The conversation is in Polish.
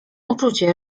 uczucie